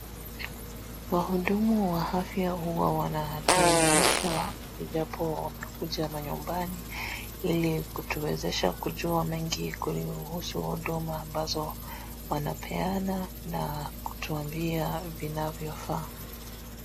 Wahudumu wa afya huwa wanatuelimisha ijapo wanakuja manyumbani ili kutuwezesha kujua mengi kuhusu huduma ambazo wanapeana na kutuambia vinavyofaa.